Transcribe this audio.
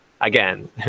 again